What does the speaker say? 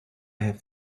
have